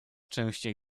częściej